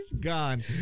gone